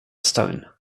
stone